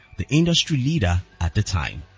the industry leader at the time.